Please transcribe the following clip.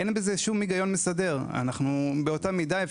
באותה המידה,